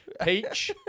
Peach